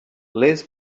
liz